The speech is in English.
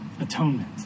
atonement